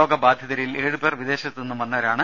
രോഗ ബാധിതരിൽ ഏഴുപേർ വിദേശത്ത് നിന്നും വന്നവരാണ്